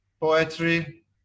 poetry